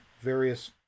various